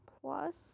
plus